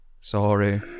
sorry